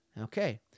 Okay